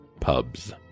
pubs